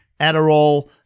Adderall